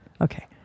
Okay